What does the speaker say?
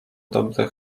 dobre